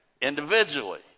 individually